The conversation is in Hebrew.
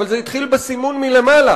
וזה התחיל בסימון מלמעלה.